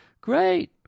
great